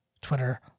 twitter